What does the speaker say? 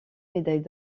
médailles